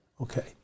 Okay